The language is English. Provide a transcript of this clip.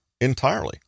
entirely